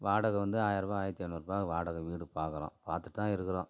வாடகை வந்து ஆயிரம் ரூபா ஆயிரத்து ஐந்நூறுருபா வாடகை வீடு பார்க்குறோம் பார்த்துட்டு தான் இருக்கிறோம்